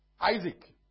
Isaac